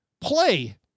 play